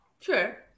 sure